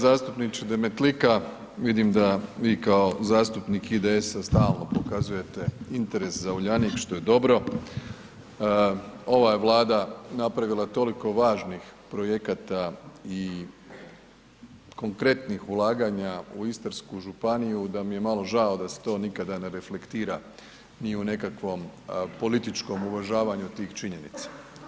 Zastupniče Demetlika, vidim da vi kao zastupnika IDS-a stalno pokazujete interes za Uljanik što je dobro, ova je Vlada napravila toliko važnih projekata i konkretnih ulaganja u Istarsku županiju da mi je malo žao da se to nikada ne reflektira ni u nekakvom političkom uvažavanju tih činjenica.